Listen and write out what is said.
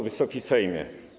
Wysoki Sejmie!